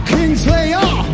Kingslayer